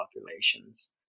populations